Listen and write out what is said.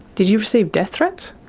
did you receive death threats?